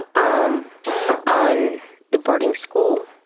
ah um on the boarding school,